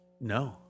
No